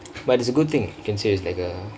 but it's a good thingk can say it's like a